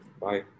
Bye